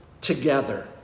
together